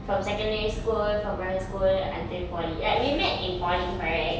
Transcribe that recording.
from secondary school from primary school until poly like we met in poly correct